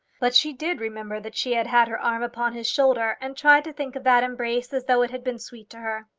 but she did remember that she had had her arm upon his shoulder, and tried to think of that embrace as though it had been sweet to her.